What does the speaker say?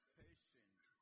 patient